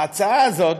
ההצעה הזאת,